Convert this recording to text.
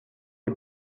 les